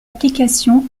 application